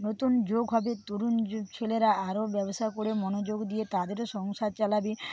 নতুন যোগ হবে তরুণ ছেলেরা আরও ব্যবসা করে মনোযোগ দিয়ে তাদেরও সংসার চালাবে